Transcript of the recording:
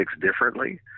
differently